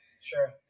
Sure